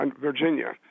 Virginia